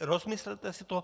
Rozmyslete si to.